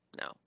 no